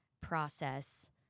process